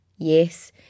Yes